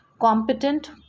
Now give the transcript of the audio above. competent